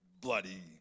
bloody